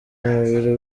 umubiri